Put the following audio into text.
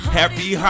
happy